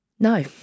No